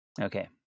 Okay